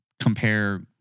compare